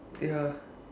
ya